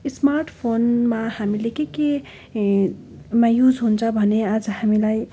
smart फोनमा हामीले के के ए मा युज हुन्छ भने आज हामीलाई